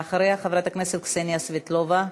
ואחריה, חברת הכנסת קסניה סבטלובה.